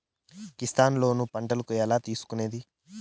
Kisan loan పంటలకు ఎలా తీసుకొనేది?